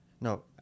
No